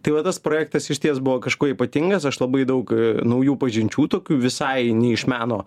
tai va tas projektas išties buvo kažkuo ypatingas aš labai daug naujų pažinčių tokių visai ne iš meno